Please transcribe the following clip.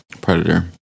predator